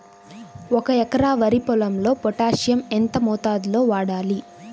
ఒక ఎకరా వరి పొలంలో పోటాషియం ఎంత మోతాదులో వాడాలి?